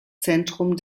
zentrum